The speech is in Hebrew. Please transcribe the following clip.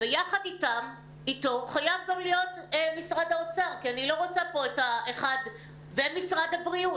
ביחד איתו חייב להיות גם משרד האוצר ומשרד הבריאות.